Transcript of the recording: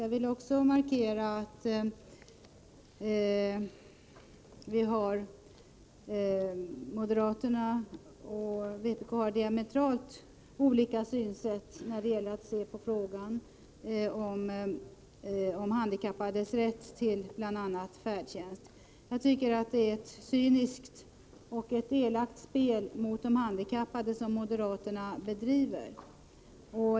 Jag vill även markera att moderaterna och vpk har diametralt olika synsätt när det gäller frågan om handikappades rätt till bl.a. färdtjänst. Det är enligt min mening ett cyniskt och elakt spel mot de handikappade som moderaterna bedriver.